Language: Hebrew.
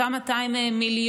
אותם 200 מיליון,